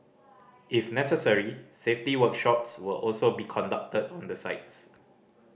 if necessary safety workshops will also be conducted on the sites